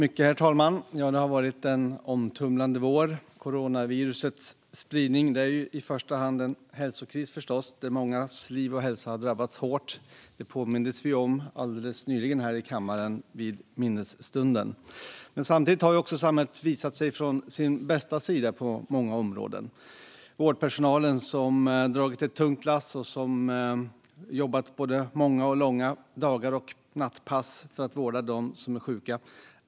Herr talman! Det har varit en omtumlande vår. Coronavirusets spridning är i första hand en hälsokris där mångas liv och hälsa har drabbats hårt. Detta påmindes vi om alldeles nyligen här i kammaren vid minnesstunden. Samtidigt har samhället visat sig från sin bästa sida på många områden. Vårdpersonal har dragit ett tungt lass och jobbat både många och långa dagar och nattpass för att vårda de sjuka.